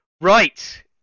right